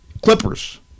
Clippers